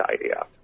idea